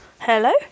Hello